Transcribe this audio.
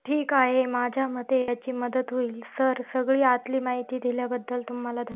ठीक आहे माझ्या मते याची मदत होईल सर सगळी आतली माहिती दिल्याबद्दल तुम्हाला ध